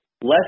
Less